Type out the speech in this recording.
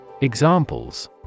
Examples